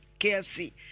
KFC